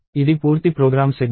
ఇది పూర్తి programme segment